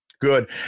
Good